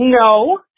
no